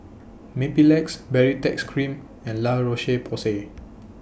Mepilex Baritex Cream and La Roche Porsay